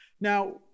Now